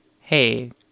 Hey